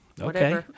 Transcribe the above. okay